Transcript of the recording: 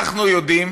אנחנו יודעים